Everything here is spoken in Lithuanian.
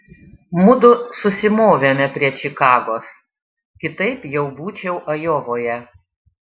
mudu susimovėme prie čikagos kitaip jau būčiau ajovoje